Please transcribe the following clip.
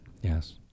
Yes